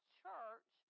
church